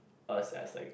us as like